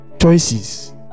Choices